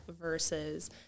versus